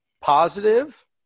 positive